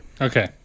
Okay